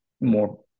more